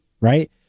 Right